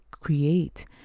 create